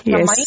Yes